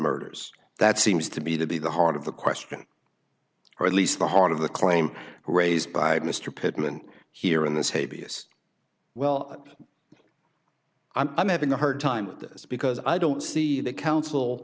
murders that seems to me to be the heart of the question or at least the heart of the claim raised by mr pitman here in this hey b s well i'm having a hard time with this because i don't see the coun